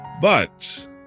But-